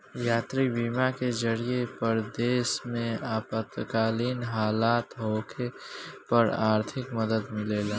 यात्री बीमा के जरिए परदेश में आपातकालीन हालत होखे पर आर्थिक मदद मिलेला